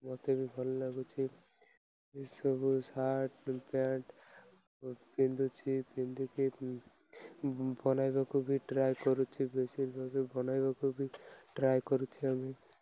ମୋତେ ବି ଭଲ ଲାଗୁଛି ଏସବୁ ସାର୍ଟ ପ୍ୟାଣ୍ଟ ପିନ୍ଧୁଛି ପିନ୍ଧିକି ବନେଇବାକୁ ବି ଟ୍ରାଏ କରୁଛି ବେଶୀ ଭାବରେ ବନାଇବାକୁ ବି ଟ୍ରାଏ କରୁଛି ଆମେ